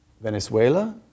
Venezuela